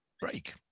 break